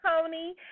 Tony